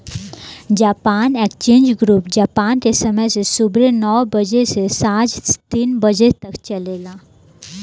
Japan exchange group Japan के समय से सुबेरे नौ बजे से सांझ तीन बजे तक चलेला